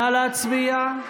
נא להצביע.